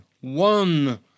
One